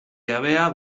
jabea